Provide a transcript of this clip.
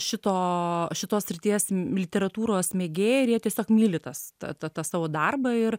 šito šitos srities literatūros mėgėjai ir jie tiesiog myli tas tą tą tą savo darbą ir